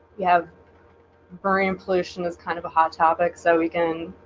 you have barium pollution is kind of a hot topic so we can